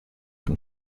from